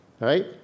right